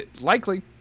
likely